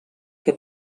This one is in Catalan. que